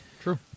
True